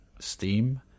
Steam